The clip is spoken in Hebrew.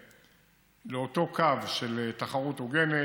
לאותו קו של תחרות הוגנת,